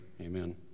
Amen